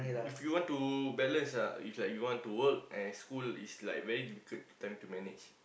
if you want to balance ah if like you want to work and school is like very difficult to time to manage